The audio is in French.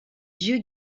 dieu